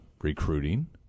recruiting